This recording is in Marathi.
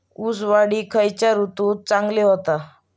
ऊस वाढ ही खयच्या ऋतूत चांगली होता?